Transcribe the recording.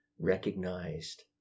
recognized